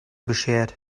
beschert